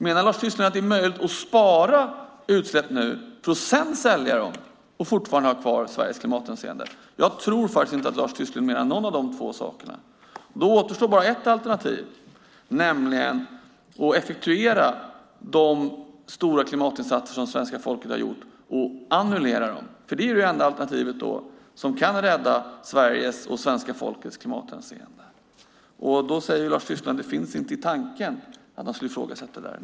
Menar Lars Tysklind att det är möjligt att spara utsläppsrätter nu för att sedan sälja dem och fortfarande ha kvar Sveriges klimatanseende? Jag tror faktiskt inte att Lars Tysklind menar någon av de två sakerna. Då återstår bara ett alternativ, nämligen att effektuera de stora klimatinsatser som svenska folket har gjort och annullera dem. För det är då det enda alternativet som kan rädda Sveriges och svenska folkets klimatanseende. Då säger Lars Tysklind att det inte finns i tanken att han skulle ifrågasätta det där.